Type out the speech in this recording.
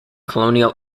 colonial